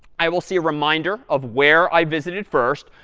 i will see a reminder of where i visited first.